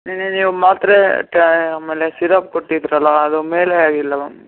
ನೆನ್ನೆ ನೀವು ಮಾತ್ರೇ ಆಮೇಲೆ ಸಿರಪ್ ಕೊಟ್ಟಿದ್ದಿರಲ್ಲ ಅದು ಮೇಲೆ ಆಗಿಲ್ಲ ಮ್ಯಾಮ್